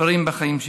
דברים בחיים שלי.